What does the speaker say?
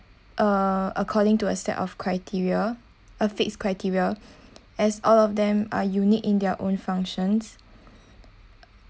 uh according to a set of criteria a fixed criteria as all of them are unique in their own functions